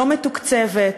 לא מתוקצבת,